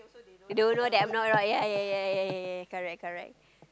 you don't know them well lah ya ya ya ya ya correct correct